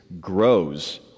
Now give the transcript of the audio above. grows